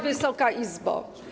Wysoka Izbo!